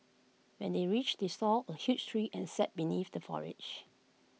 when they reached they saw A huge tree and sat beneath the foliage